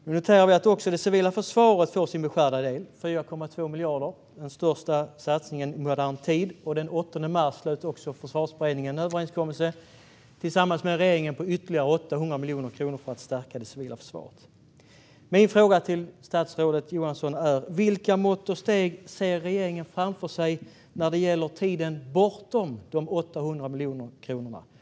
Vi noterar att också det civila försvaret får sin beskärda del på 4,2 miljarder. Det är den största satsningen i modern tid. Den 8 mars slöt Försvarsberedningen en överenskommelse tillsammans med regeringen om ytterligare 800 miljoner kronor för att stärka det civila försvaret. Min fråga till statsrådet Johansson är: Vilka mått och steg ser regeringen framför sig när det gäller tiden bortom de 800 miljoner kronorna? Vad händer nu?